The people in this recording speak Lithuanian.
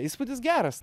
įspūdis geras